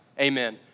amen